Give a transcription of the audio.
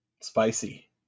spicy